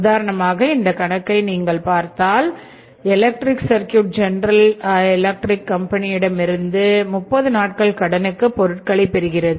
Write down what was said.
உதாரணமாக இந்த கணக்கை நீங்கள் படித்தால் எலக்ட்ரிக்சர்க்குட் 30 நாட்கள் கடனுக்கு பொருட்களை பெறுகிறது